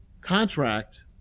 contract